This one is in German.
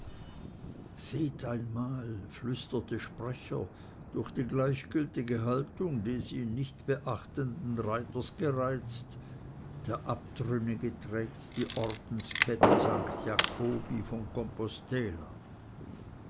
seht einmal flüsterte sprecher durch die gleichgültige haltung des ihn nicht beachtenden reiters gereizt der abtrünnige trägt die ordenskette st jacobi von compostella